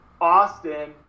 Austin